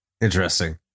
interesting